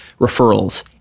referrals